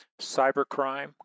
Cybercrime